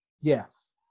Yes